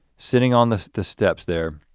sitting on the the steps there.